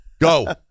Go